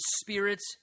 spirits